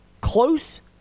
close